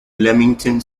leamington